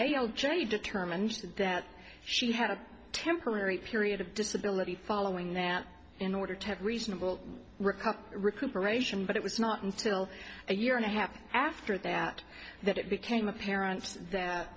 jury determined that she had a temporary period of disability following that in order to have a reasonable recovery recuperation but it was not until a year and a half after that that it became apparent that